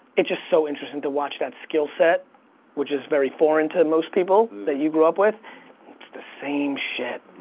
it's just so interesting to watch that skillset which is very foreign to most people that you grew up with. it's the same shit.